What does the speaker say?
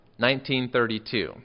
1932